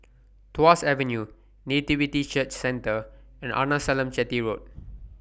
Tuas Avenue Nativity Church Centre and Arnasalam Chetty Road